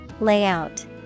Layout